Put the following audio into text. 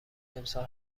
امسال